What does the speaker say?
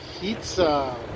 Pizza